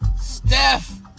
Steph